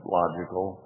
logical